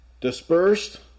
dispersed